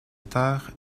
auteur